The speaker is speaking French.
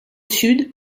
sud